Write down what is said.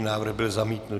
Návrh byl zamítnut.